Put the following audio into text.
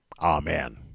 Amen